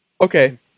okay